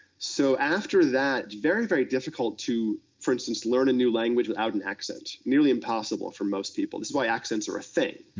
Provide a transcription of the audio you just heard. so, after that, itis very, very difficult to, for instance, learn a new language without an accent, nearly impossible for most people. this is why accents are a thing,